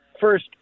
first